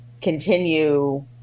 continue